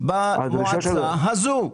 במועצה הזו.